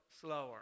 Slower